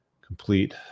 complete